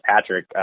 Patrick